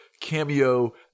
cameo